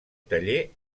taller